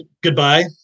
Goodbye